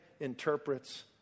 interprets